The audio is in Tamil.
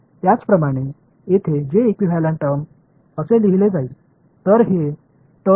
இதேபோல் இங்கே j இன் இகுவெளன்ட் வெளிப்பாடு இவ்வாறு எழுதப்படும் மாணவர் குறிப்பு நேரம் 1008